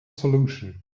solution